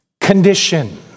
condition